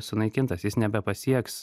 sunaikintas jis nebepasieks